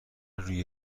روی